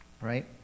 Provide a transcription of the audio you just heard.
right